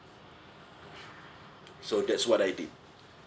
so that's what I did